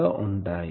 గా ఉంటాయి